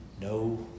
No